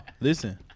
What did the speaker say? Listen